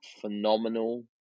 phenomenal